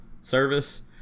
service